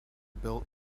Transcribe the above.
built